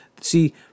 See